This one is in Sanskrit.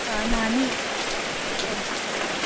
स्थानानि गन्तुं शक्यते